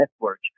network